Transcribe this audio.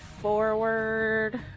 forward